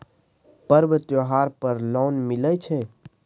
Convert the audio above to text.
पर्व त्योहार पर लोन मिले छै?